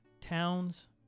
towns